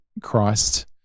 Christ